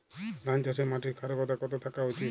ধান চাষে মাটির ক্ষারকতা কত থাকা উচিৎ?